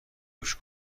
گوش